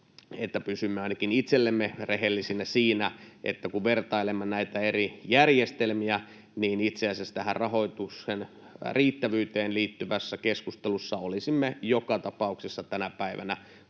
pysymme ainakin itsellemme rehellisinä siinä, että kun vertailemme näitä eri järjestelmiä, niin itse asiassa tähän rahoituksen riittävyyteen liittyvässä keskustelussa olisimme joka tapauksessa tänä päivänä,